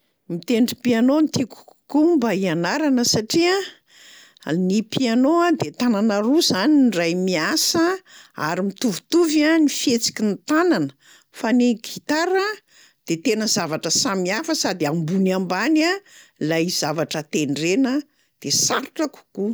Mitendry piano no tiako kokoa mba hianarana satria ny piano a de tanana roa zany ndray miasa ary mitovitovy a ny fihetsiky ny tanana fa ny gitara de tena zavatra samy hafa sady ambony ambany lay zavatra tendrena de sarotra kokoa.